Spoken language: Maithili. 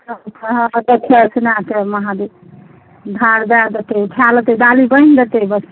भार दऽ देतै उठा लेतै डालि बांधि देतै बस